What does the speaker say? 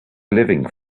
living